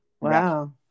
Wow